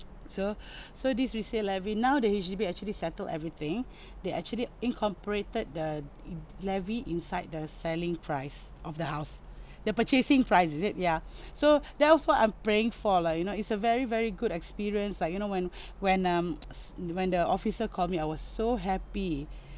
so so this resale levy now the H_D_B actually settled everything they actually incorporated the levy inside the selling price of the house the purchasing price is it ya so that was what I'm praying for lah you know it's a very very good experience like you know when when um when the officer call me I was so happy